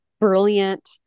brilliant